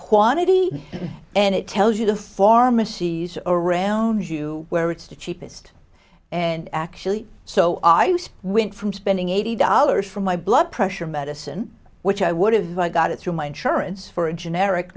quantity and it tells you the pharmacies around you where it's the cheapest and actually so i wint from spending eighty dollars for my blood pressure medicine which i would have i got it through my insurance for a generic